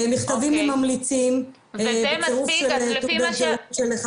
מכתבים מממליצים בצירוף של תעודת זהות של אחד